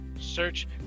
search